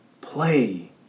play